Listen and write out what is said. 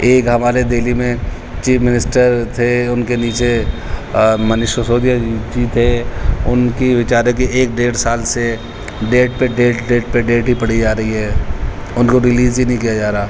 ایک ہمارے دہلی میں چیف منسٹر تھے ان کے نیچے منیش سسودیا جی تھے ان کی بچارے کی ایک ڈیڑھ سال سے ڈیٹ پہ ڈیٹ ڈیٹ پہ ڈیٹ ہی پڑی جا رہی ہے ان کو ریلیز ہی نہیں کیا جا رہا